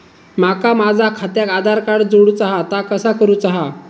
माका माझा खात्याक आधार कार्ड जोडूचा हा ता कसा करुचा हा?